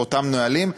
באותם נהלים.